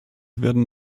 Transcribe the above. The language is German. werden